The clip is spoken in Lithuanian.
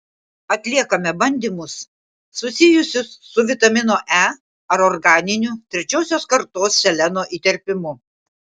atliekame bandymus susijusius su vitamino e ar organiniu trečiosios kartos seleno įterpimu